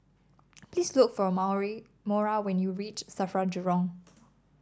please look for Maura when you reach Safra Jurong